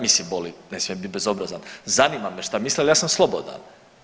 Mislim boli, ne smijem bit bezobrazan, zanima me šta misle ali ja sam slobodan.